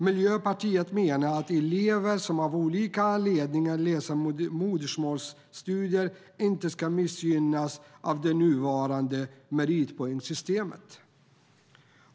Miljöpartiet menar att elever som av olika anledningar bedriver modersmålsstudier inte ska missgynnas av det nuvarande meritpoängssystemet.